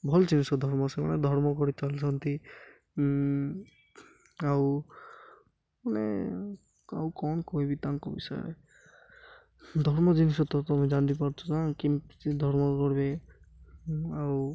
ଭଲ ଜିନିଷ ଧର୍ମ ସେମାନେ ଧର୍ମ କରି ଚାଲିଛନ୍ତି ଆଉ ମାନେ ଆଉ କ'ଣ କହିବି ତାଙ୍କ ବିଷୟରେ ଧର୍ମ ଜିନିଷ ତ ତୁମେ ଜାଣି ପାରୁଛୁ ନା କେମିତି ଧର୍ମ କରିବେ ଆଉ